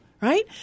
Right